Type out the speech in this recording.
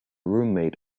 roommate